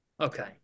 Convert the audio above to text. Okay